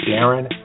Darren